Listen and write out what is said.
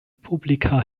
publika